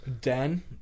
Dan